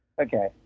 Okay